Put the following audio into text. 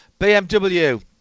BMW